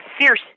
fierce